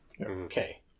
Okay